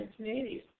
1980s